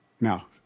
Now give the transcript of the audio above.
Now